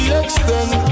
extend